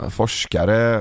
forskare